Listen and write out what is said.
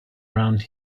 around